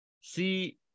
See